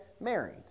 married